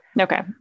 Okay